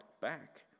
back